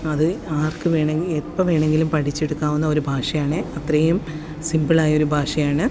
അത് ആര്ക്ക് വേണമെങ്കിലും എപ്പോള് വേണമെങ്കിലും പഠിച്ചെടുക്കാവുന്ന ഒരു ഭാഷയാണ് അത്രയും സിമ്പിളായൊരു ഭാഷയാണ്